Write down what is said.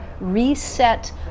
reset